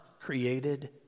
created